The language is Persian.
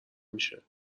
میشه